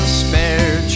spare